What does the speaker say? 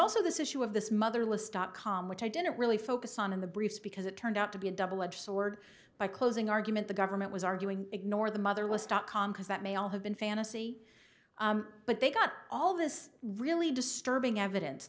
also this issue of this motherless dot com which i didn't really focus on in the briefs because it turned out to be a double edged sword by closing argument the government was arguing ignore the mother was stopped because that may all have been fantasy but they got all this really disturbing evidence